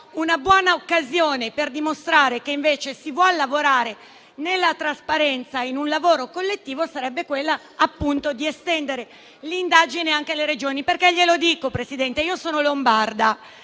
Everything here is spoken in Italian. Una buona occasione, però, per dimostrare che invece si vuol lavorare nella trasparenza, in un lavoro collettivo, sarebbe quella, appunto, di estendere l'indagine anche alle Regioni. Presidente, io sono lombarda